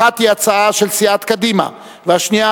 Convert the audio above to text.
אחת היא הצעה של סיעת קדימה והשנייה